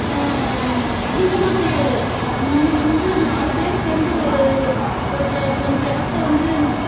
அதிகமாக செய்யுறது இல்லை முன்ன வந்து நாலு பேர் சேர்ந்து ஒரு ஒரு ச கொஞ்ச இடத்த வந்து